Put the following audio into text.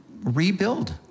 rebuild